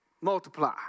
Multiply